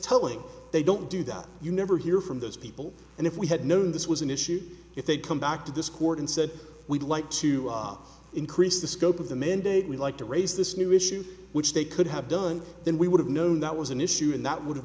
telling they don't do that you never hear from those people and if we had known this was an issue if they'd come back to this court and said we'd like to increase the scope of the mandate we'd like to raise this new issue which they could have done then we would have known that was an issue and that would have